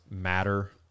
matter